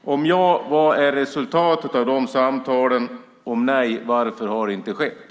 Om svaret är ja, vad är resultatet av de samtalen? Om svaret är nej, varför har det inte skett?